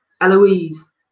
Eloise